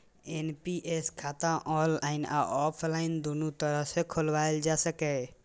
NPS खाता online आ offline, दुनू तरह सं खोलाएल जा सकैए